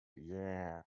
yeah